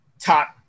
top